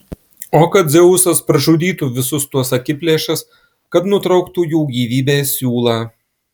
o kad dzeusas pražudytų visus tuos akiplėšas kad nutrauktų jų gyvybės siūlą